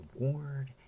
reward